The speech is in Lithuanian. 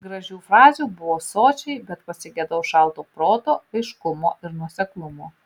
gražių frazių buvo sočiai bet pasigedau šalto proto aiškumo ir nuoseklumo